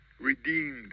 redeemed